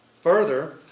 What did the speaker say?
Further